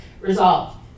resolved